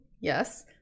Yes